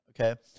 okay